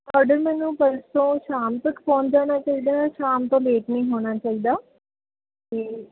ਅਗਰ ਮੈਨੂੰ ਪਰਸੋਂ ਸ਼ਾਮ ਤੱਕ ਪਹੁੰਚ ਜਾਣਾ ਚਾਹੀਦਾ ਸ਼ਾਮ ਤੋਂ ਲੇਟ ਨਹੀਂ ਹੋਣਾ ਚਾਹੀਦਾ ਅਤੇ